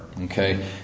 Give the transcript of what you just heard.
okay